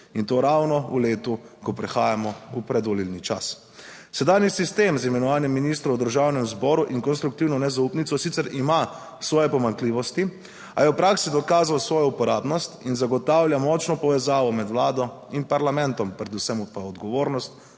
in to ravno v letu, ko prehajamo v predvolilni čas. Sedanji sistem z imenovanjem ministrov v Državnem zboru in konstruktivno nezaupnico sicer ima svoje pomanjkljivosti, a je v praksi dokazal svojo uporabnost in zagotavlja močno povezavo med vlado in parlamentom, predvsem pa odgovornost